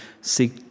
seek